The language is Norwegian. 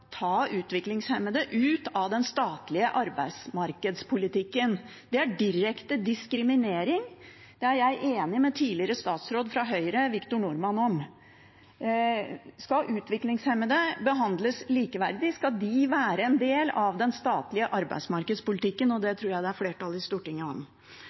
ta utviklingshemmede ut av den statlige arbeidsmarkedspolitikken. Det er direkte diskriminering. Det er jeg enig med tidligere statsråd fra Høyre, Victor Norman, i. Skal utviklingshemmede behandles likeverdig, skal de være en del av den statlige arbeidsmarkedspolitikken, og det tror jeg det er flertall i Stortinget